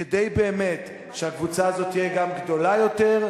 כדי שהקבוצה הזאת באמת תהיה גם גדולה יותר,